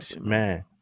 man